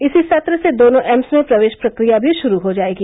इसी सत्र से दोनों एम्स में प्रवेश प्रक्रिया भी शुरू हो जायेगी